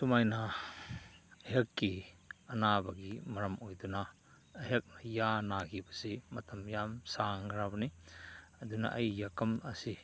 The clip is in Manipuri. ꯁꯨꯃꯥꯏꯅ ꯍꯦꯜꯠꯀꯤ ꯑꯅꯥꯕꯒꯤ ꯃꯔꯝ ꯑꯣꯏꯗꯨꯅ ꯑꯩꯍꯥꯛ ꯌꯥ ꯅꯥꯈꯤꯕꯁꯤ ꯃꯇꯝ ꯌꯥꯝ ꯁꯥꯡꯈ꯭ꯔꯕꯅꯤ ꯑꯗꯨꯅ ꯑꯩ ꯌꯥꯄꯝ ꯑꯁꯤ